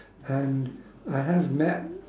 and I have met